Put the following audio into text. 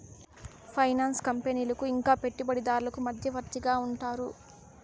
finance కంపెనీలకు ఇంకా పెట్టుబడిదారులకు మధ్యవర్తిగా ఉంటారు